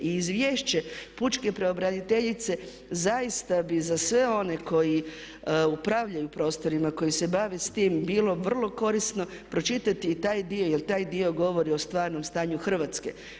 I izvješće pučke pravobraniteljice zaista bi za sve one koji upravljaju prostorima koji se bave sa time bilo vrlo korisno pročitati i taj dio jer taj dio govori o stvarnom stanju Hrvatske.